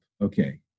okay